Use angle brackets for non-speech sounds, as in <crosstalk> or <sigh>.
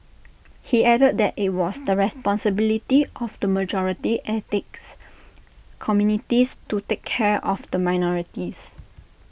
he added that IT was the responsibility of the majority ethnics <noise> communities to take care of the minorities